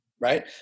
Right